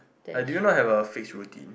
like do you know have a fix routine